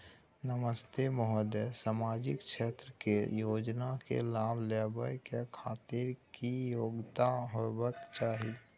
नमस्ते महोदय, सामाजिक क्षेत्र के योजना के लाभ लेबै के खातिर की योग्यता होबाक चाही?